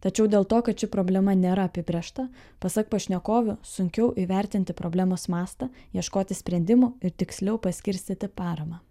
tačiau dėl to kad ši problema nėra apibrėžta pasak pašnekovių sunkiau įvertinti problemos mastą ieškoti sprendimų ir tiksliau paskirstyti paramą